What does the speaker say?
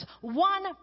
one